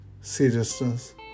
seriousness